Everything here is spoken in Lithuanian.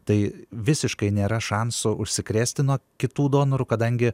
tai visiškai nėra šansų užsikrėsti nuo kitų donorų kadangi